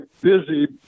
busy